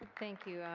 thank you.